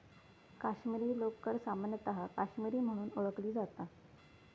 काश्मीरी लोकर सामान्यतः काश्मीरी म्हणून ओळखली जाता